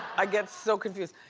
i get so confused.